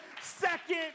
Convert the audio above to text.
second